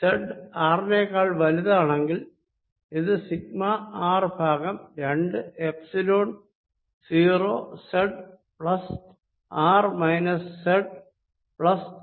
z R നേക്കാൾ വലുതാണെങ്കിൽ ഇത് സിഗ്മ ആർ ബൈ രണ്ട് epsilon 0 z plus R minus z plus R